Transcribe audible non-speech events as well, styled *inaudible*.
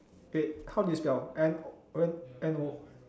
eh how do you spell N *noise* N O